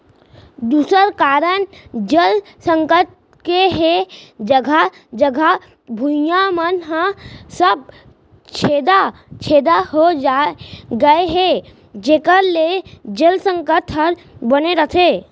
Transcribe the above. दूसर कारन जल संकट के हे जघा जघा भुइयां मन ह सब छेदा छेदा हो गए हे जेकर ले जल संकट हर बने रथे